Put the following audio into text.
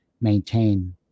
maintain